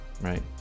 right